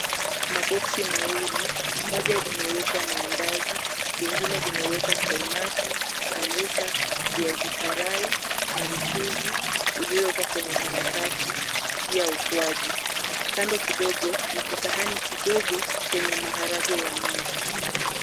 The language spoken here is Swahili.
Mabox mawili moja limewekwa maandazi lingine limewekwa kaimati, sambusa, viazi karai na mchuzi uliowekwa kwenye karatasi pia ukwaju. Kando kidogo ni kisahani kidogo chenye maharagwe ya nazi.